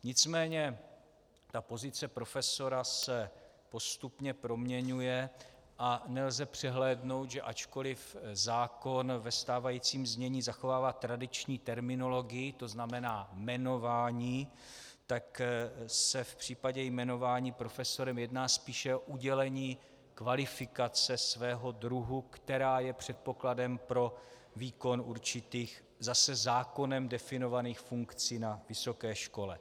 Nicméně pozice profesora se postupně proměňuje a nelze přehlédnout, že ačkoliv zákon ve stávajícím znění zachovává tradiční terminologii, to znamená jmenování, tak se v případě jmenování profesorem jedná spíše o udělení kvalifikace svého druhu, která je předpokladem pro výkon určitých zase zákonem definovaných funkcí na vysoké škole.